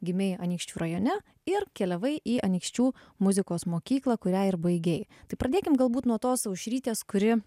gimei anykščių rajone ir keliavai į anykščių muzikos mokyklą kurią ir baigei tai pradėkim galbūt nuo tos aušrytės kuri